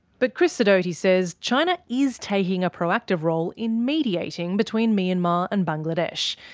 but chris sidoti says china is taking a proactive role in mediating between myanmar and bangladesh.